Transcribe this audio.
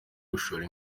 gushora